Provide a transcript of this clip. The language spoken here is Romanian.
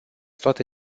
toate